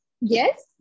Yes